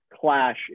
clash